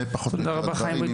זה פחות או יותר הדברים.